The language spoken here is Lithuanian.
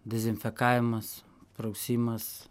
dezinfekavimas prausimas